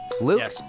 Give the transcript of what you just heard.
luke